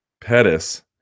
Pettis